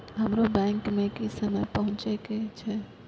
हमरो बैंक में की समय पहुँचे के छै?